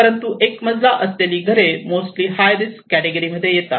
परंतु एक मजला असलेली घरे मोस्टली हाय रिस्क कॅटेगिरी मध्ये येतात